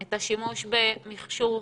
את השימוש במכשור חדיש,